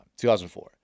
2004